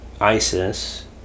ISIS